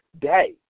day